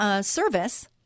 service